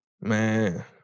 Man